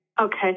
Okay